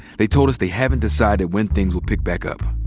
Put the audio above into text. they told us they haven't decided when things will pick back up.